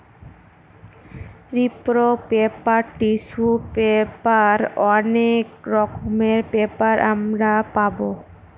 রিপ্র paper, tissue paper অনেক রকমের পেপার আমরা পাবো